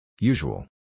Usual